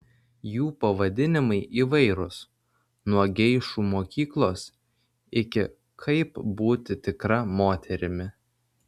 jų pavadinimai įvairūs nuo geišų mokyklos iki kaip būti tikra moterimi